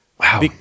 Wow